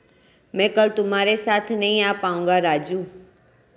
मैं कल तुम्हारे साथ नहीं आ पाऊंगा राजू